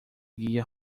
guia